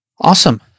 Awesome